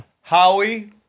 Howie